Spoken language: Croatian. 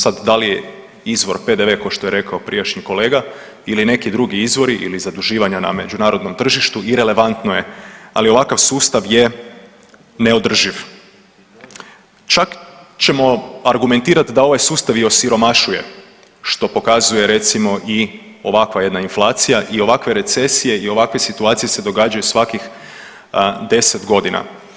Sad da li je izvor PDV ko što je rekao prijašnji kolega ili neki drugi izvori ili zaduživanja na međunarodnom tržištu irelevantno je, ali ovakav sustav je neodrživ, čak ćemo argumentirati da ovaj sustav i osiromašuje što pokazuje recimo i ovakva jedna inflacija i ovakve recesije i ovakve situacije se događaju svakih 10 godina.